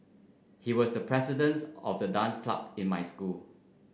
he was the presidents of the dance club in my school